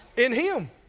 in him.